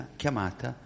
chiamata